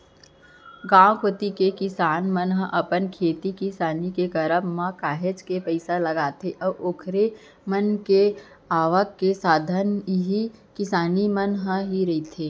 गांव कोती के किसान मन ह अपन खेती किसानी के करब म काहेच के पइसा लगाथे अऊ ओखर मन के आवक के साधन इही किसानी ह ही रहिथे